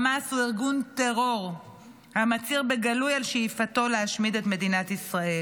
חמאס הוא ארגון טרור המצהיר בגלוי על שאיפתו להשמיד את מדינת ישראל.